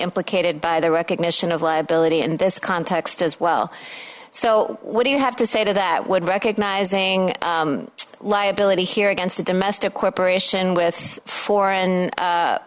implicated by the recognition of liability in this context as well so what do you have to say to that would recognizing liability here against a domestic corporation with fo